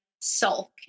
sulk